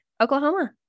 Oklahoma